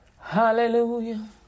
Hallelujah